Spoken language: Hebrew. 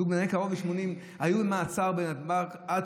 זוג בני קרוב ל-80 היו במעצר בנתב"ג עד